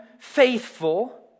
faithful